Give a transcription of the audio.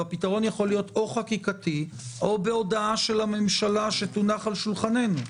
והפתרון יכול להיות או חקיקתי או בהודעה של הממשלה שתונח על שולחננו.